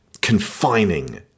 confining